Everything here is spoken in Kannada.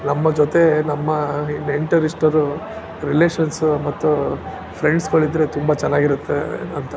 ನಮ್ಮ ಜೊತೆ ನಮ್ಮ ನೆಂಟರಿಷ್ಟರು ರಿಲೇಶನ್ಸು ಮತ್ತು ಫ್ರೆಂಡ್ಸುಗಳಿದ್ರೆ ತುಂಬ ಚೆನ್ನಾಗಿರುತ್ತೆ ಅಂತ